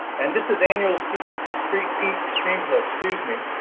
and this is annual so peak streamflow, peak streamflow, excuse me,